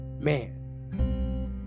man